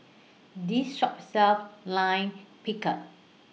This Shop sells Lime Pickle